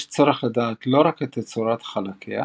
יש צורך לדעת לא רק את תצורת חלקיה,